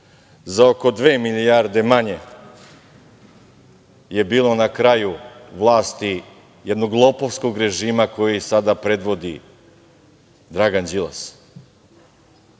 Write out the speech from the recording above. za oko dve milijarde manje je bilo na kraju vlasti jednog lopovskog režima koji sada predvodi Dragan Đilas.